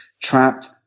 trapped